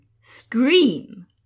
scream